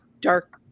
dark